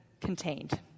contained